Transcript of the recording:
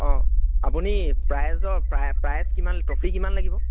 অঁ আপুনি প্ৰাইজৰ প্ৰাইজ কিমান ট্ৰফি কিমান লাগিব